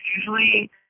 usually